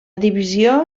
divisió